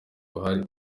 buhari